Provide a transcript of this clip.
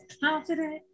confident